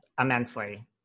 immensely